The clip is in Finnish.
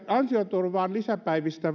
ansioturvan lisäpäivistä